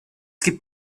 gibt